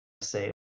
say